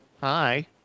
Hi